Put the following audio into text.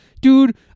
Dude